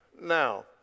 Now